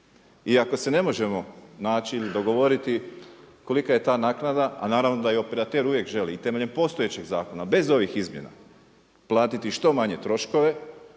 I ako se ne možemo naći ili dogovoriti kolika je ta naknada a naravno da i operater uvijek želi i temeljem postojećeg zakona bez ovih izmjena platiti što manje troškove